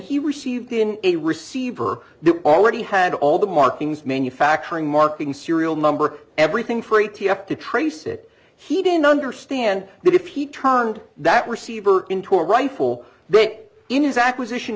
he received in a receiver they already had all the markings manufacturing marking serial number everything for a t f to trace it he didn't understand that if he turned that receiver into a rifle bit in his acquisition